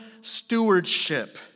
stewardship